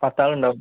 പത്ത് ആൾ ഉണ്ടാവും